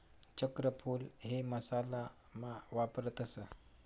चक्रफूल हे मसाला मा वापरतस